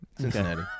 Cincinnati